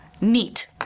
Neat